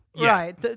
Right